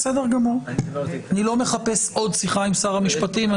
אני לא מחפש עוד שיחה עם שר המשפטים.